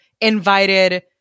invited